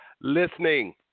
listening